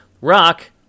rock